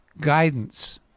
guidance